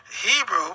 Hebrew